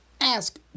Ask